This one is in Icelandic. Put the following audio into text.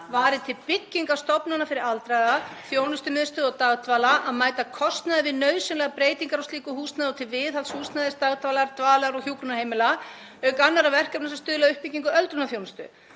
varið til byggingar stofnana fyrir aldraða, þjónustumiðstöðva og dagdvala, að mæta kostnaði við nauðsynlegar breytingar á slíku húsnæði og til viðhalds húsnæðis dagdvalar-, dvalar- og hjúkrunarheimila, auk annarra verkefna sem stuðla að uppbyggingu öldrunarþjónustu.“